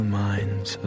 minds